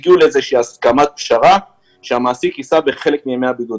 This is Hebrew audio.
הגיעו לאיזושהי הסכמת פשרה שהמעסיק יישר בחלק מימי הבידוד.